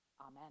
Amen